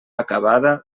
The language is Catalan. acabada